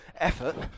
effort